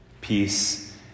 Peace